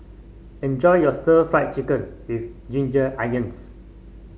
enjoy your stir Fry Chicken with Ginger Onions